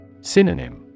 Synonym